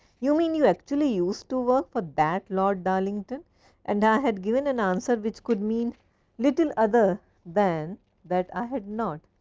you mean you actually use to work for that lord darlington and i had given an answer which could mean little other than that i had not.